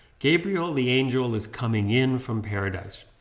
gabriel the angel is coming in from paradise.